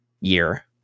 year